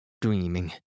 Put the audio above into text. dreaming